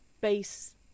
base